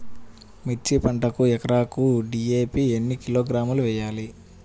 మిర్చి పంటకు ఎకరాకు డీ.ఏ.పీ ఎన్ని కిలోగ్రాములు వేయాలి?